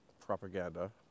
propaganda